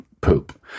poop